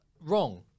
wrong